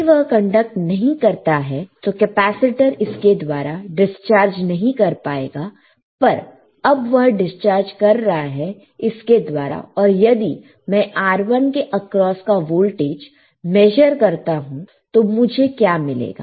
यदि वह कंडक्ट नहीं करता है तो कैपेसिटर इसके द्वारा डिस्चार्ज नहीं कर पाएगा पर अब वह डिस्चार्ज कर रहा है इसके द्वारा और यदि मैं R1 के आक्रोस का वोल्टेज मेशर करता हूं तो मुझे क्या मिलेगा